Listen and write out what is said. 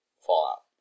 fallout